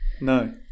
No